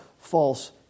false